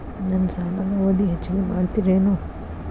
ನನ್ನ ಸಾಲದ ಅವಧಿ ಹೆಚ್ಚಿಗೆ ಮಾಡ್ತಿರೇನು?